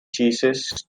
cheeses